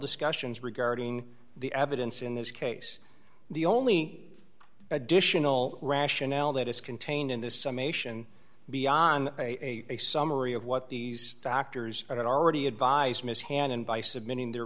discussions regarding the evidence in this case the only additional rationale that is contained in this sum ation beyond a a summary of what these doctors had already advised mishan and by submitting their